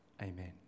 amen